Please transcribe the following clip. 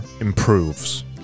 improves